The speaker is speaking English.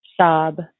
sob